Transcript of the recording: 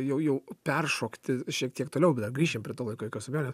jau jau peršokti šiek tiek toliau bet dar grįšim prie to laiko be jokios abejonės